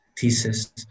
thesis